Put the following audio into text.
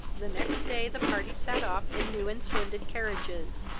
the next day the party sat off in new and splendid carriages,